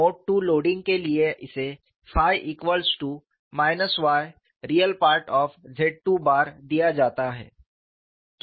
mode II loading के लिए इसे yReZII दिया जाता है